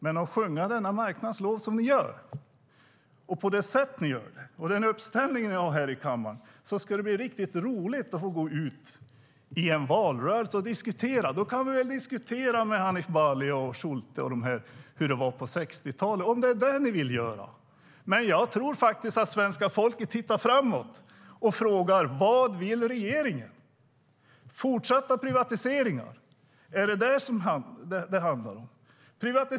När ni sjunger denna marknadens lov på det sätt som ni gör, och med tanke på er uppslutning i kammaren, ska det bli riktigt roligt att gå ut i valrörelsen och diskutera frågan. Vi kan diskutera med Hanif Bali och Schulte och andra hur det var på 60-talet om det är det de vill, men jag tror faktiskt att svenska folket ser framåt och frågar sig vad regeringen vill. Är det fortsatta privatiseringar det handlar om?